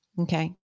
Okay